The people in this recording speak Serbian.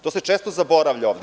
To se često zaboravlja ovde.